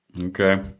Okay